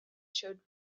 showed